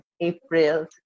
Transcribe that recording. April